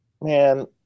man